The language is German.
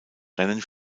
rennen